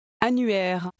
Annuaire